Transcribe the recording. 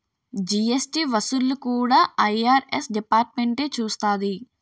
GST వసూళ్లు కూడా IRS డిపార్ట్మెంటే చూస్తాది